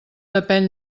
depén